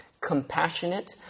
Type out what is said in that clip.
compassionate